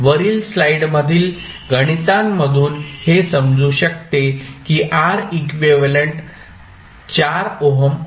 वरील स्लाइड मधील गणितांमधून हे समजू शकते की R इक्विव्हॅलेंट 4 ओहम आहेत